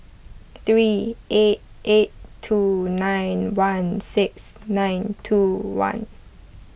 three eight eight two nine one six nine two one